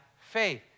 faith